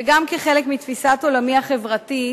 וגם כחלק מתפיסת עולמי החברתית,